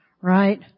Right